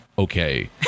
okay